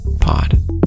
Pod